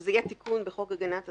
שזה יהיה תיקון בחוק הגנת הצרכן.